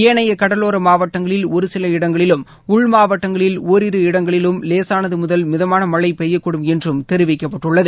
ஏனைய கடலோர மாவட்டங்களில் ஒரு சில இடங்களிலும் உள் மாவட்டங்களில் ஒரிரு இடங்களிலும் லேசனாது முதல் மிதமான மழை பெய்யக்கூடும் என்றும் தெரிவிக்கப்பட்டுள்ளது